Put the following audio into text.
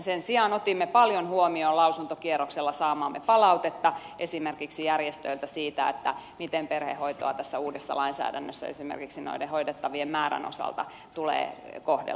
sen sijaan otimme paljon huomioon lausuntokierroksella esimerkiksi järjestöiltä saamaamme palautetta siitä miten perhehoitoa tässä uudessa lainsäädännössä esimerkiksi noiden hoidettavien määrän osalta tulee kohdella